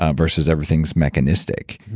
ah versus everything's mechanistic.